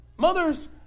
Mothers